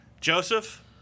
Joseph